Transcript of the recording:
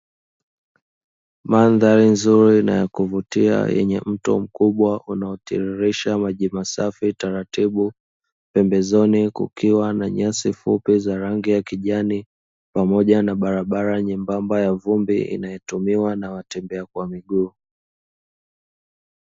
Mandhari nzuri na kuvutia yenye mto mkubwa unaotiririsha maji masafi taratibu pembezoni kukiwa na nyasi fupi za rangi ya kijani pamoja na barabara nyembamba ya vumbi inayotumiwa na watembea kwa miguu.